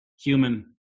human